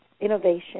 innovation